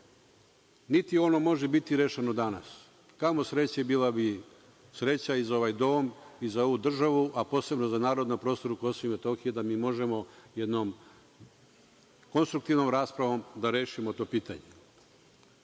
niti ono može biti rešeno danas. Kamo sreće, bila bi sreća i za ovaj dom, i za ovu državu, a posebno za narod na KiM, da mi možemo jednom konstruktivnom raspravom da rešimo to pitanje. Dame